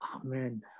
Amen